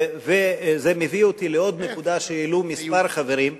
וזה מביא אותי לעוד נקודה שהעלו כמה חברים,